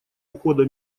ухода